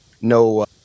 no